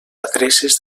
adreces